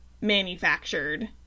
manufactured